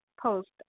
post